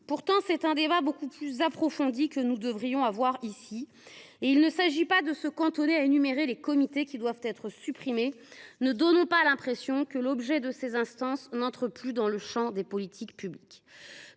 Pourtant, c’est un débat beaucoup plus approfondi que nous devrions mener ici. Il ne s’agit pas de se cantonner à énumérer les comités qui doivent être supprimés. Ne donnons pas l’impression que l’objet de ces instances n’entre plus dans le champ des politiques publiques.